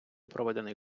проведений